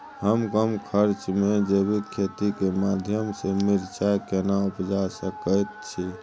हम कम खर्च में जैविक खेती के माध्यम से मिर्चाय केना उपजा सकेत छी?